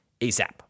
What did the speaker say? asap